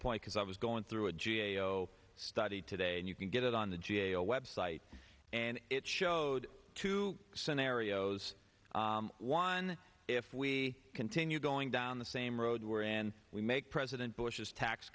point because i was going through a g a o study today and you can get it on the g a o website and it showed two scenarios one if we continue going down the same road wherein we make president bush's tax